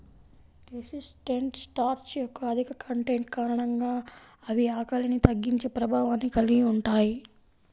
resistant starch యొక్క అధిక content కారణంగా అవి ఆకలిని తగ్గించే ప్రభావాన్ని కలిగి ఉంటాయి